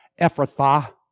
Ephrathah